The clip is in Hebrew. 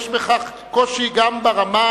יש בכך קושי גם ברמה,